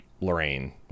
Lorraine